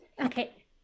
okay